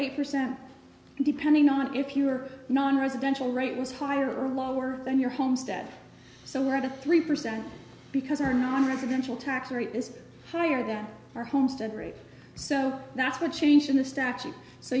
eight percent depending on if you were nonresidential rate was higher or lower than your homestead so we had a three percent because our nonresidential tax rate is higher than our homestead rate so that's what changed in the statute so